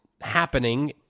happening